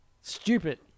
Stupid